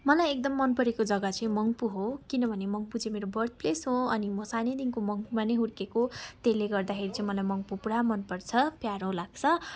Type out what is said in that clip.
मलाई एकदम मन परेको जग्गा चाहिँ मङ्पु हो किनभने मङ्पु चाहिँ मेरो बर्थ प्लेस हो अनि म सानैदेखिको मङ्पुमा नै हुर्किएको त्यसले गर्दाखेरि चाहिँ मलाई मङ्पु पुरा मन पर्छ प्यारो लाग्छ